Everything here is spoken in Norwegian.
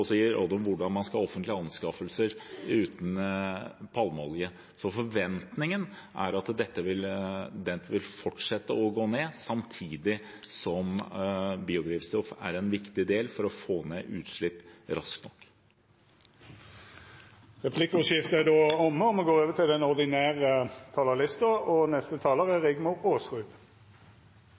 også gi råd om hvordan man skal ha offentlige anskaffelser uten palmeolje. Så forventningen er at det vil fortsette å gå ned, samtidig som biodrivstoff er en viktig del for å ned utslipp raskt nok. Replikkordskiftet er då omme. Det norske samfunnet er bygd på at vi har en rettferdig fordeling, og at vi sørger for at de som trenger et sikkerhetsnett, har det. Den